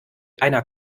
einer